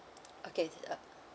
okay uh